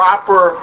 Proper